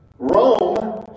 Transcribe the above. Rome